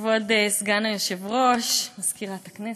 כבוד סגן היושב-ראש, מזכירת הכנסת,